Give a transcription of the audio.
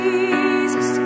Jesus